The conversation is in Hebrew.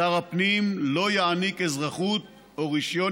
שר הפנים לא יעניק אזרחות או רישיון